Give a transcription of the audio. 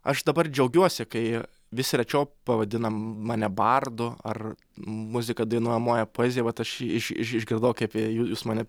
aš dabar džiaugiuosi kai vis rečiau pavadina mane bardu ar muzika dainuojamoji poezija vat aš iš iš išgirdau kaip j jūs mane